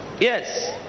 Yes